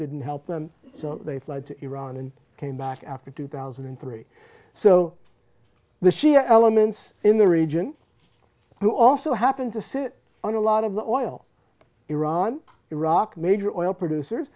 didn't help them so they fled to iran and came back after two thousand and three so the shia elements in the region who also happen to sit on a lot of the oil iran iraq major oil producers